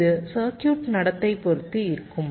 இது சர்க்யூட் நடத்தை பொறுத்து இருக்கும்